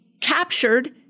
captured